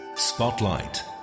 Spotlight